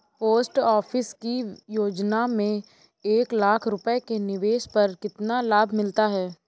Post office की योजना में एक लाख रूपए के निवेश पर कितना लाभ मिलता है?